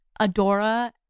Adora